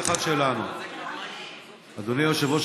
אדוני היושב-ראש,